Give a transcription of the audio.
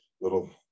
little